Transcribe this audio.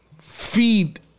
feed